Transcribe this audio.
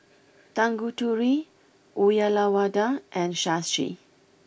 Tanguturi Uyyalawada and Shashi